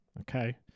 Okay